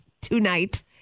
tonight